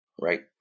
right